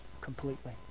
completely